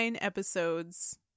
episodes